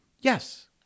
Yes